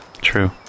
True